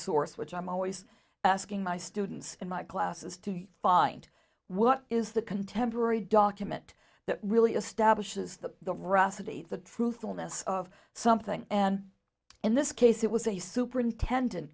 source which i'm always asking my students in my classes to find what is the contemporary document that really establishes the russell the truthfulness of something and in this case it was a superintendent